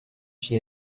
she